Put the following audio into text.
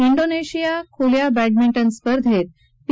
डीनेशिया खुल्या बॅडमिंटन स्पर्धेत पी